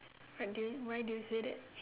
why did you why do you say that